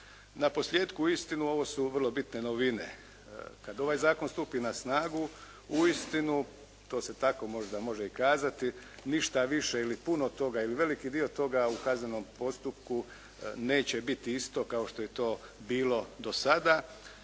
Naposljetku uistinu ovo su vrlo bitne novine. Kada ovaj zakon stupi na snagu uistinu to se tako možda može i kazati, ništa više ili puno toga ili veliki dio toga u kaznenom postupku neće biti isto kao što je to bilo do sada